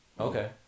okay